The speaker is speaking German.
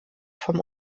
vom